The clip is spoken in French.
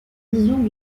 visions